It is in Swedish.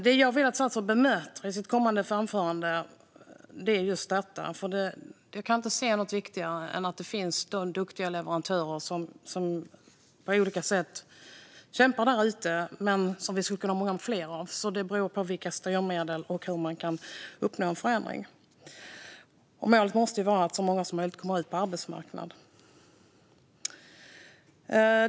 Det jag vill att statsrådet bemöter i sitt kommande anförande är just detta. Jag kan inte se något viktigare än att det finns duktiga leverantörer som på olika sätt kämpar därute och som vi skulle kunna ha många fler av. Det beror på vilka styrmedel som finns och hur man kan uppnå en förändring. Målet måste vara att så många som möjligt kommer ut på arbetsmarknaden.